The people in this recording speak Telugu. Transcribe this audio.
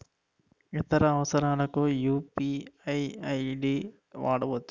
ఇతర అవసరాలకు యు.పి.ఐ ఐ.డి వాడవచ్చా?